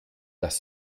das